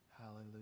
Hallelujah